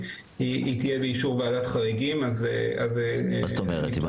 אני לא יודעת כמה זה מתאים,